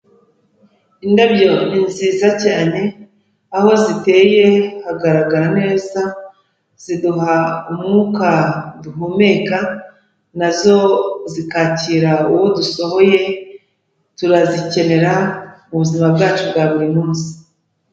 Indabyo ni nziza cyane, aho ziteye hagaragara neza, ziduha umwuka duhumeka, nazo zikakira uwo dusohoye, turazikenera mu buzima bwacu bwa buri munsi.